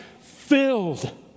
filled